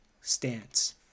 stance